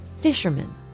fisherman